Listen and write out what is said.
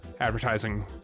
advertising